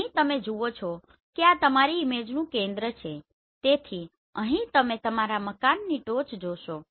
અહી તમે જુઓ છો કે આ તમારી ઈમેજનું કેન્દ્ર છે તેથી અહી તમે તમારા મકાનની ટોચ જોશો